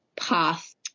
path